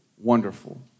Wonderful